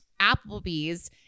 Applebee's